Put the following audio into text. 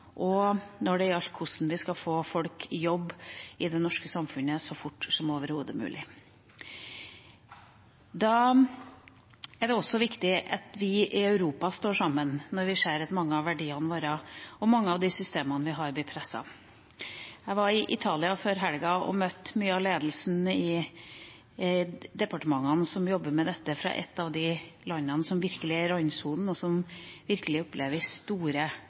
hvordan vi skal få folk i jobb i det norske samfunnet så fort som overhodet mulig. Da er det også viktig at vi i Europa står sammen når vi ser at mange av verdiene våre og mange av de systemene vi har, blir presset. Jeg var i Italia før helga og møtte mye av ledelsen i de departementene som jobber med dette, i et av de landene som virkelig er i randsonen, og som virkelig opplever